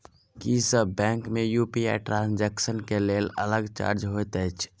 की सब बैंक मे UPI transaction केँ लेल अलग चार्ज होइत अछि?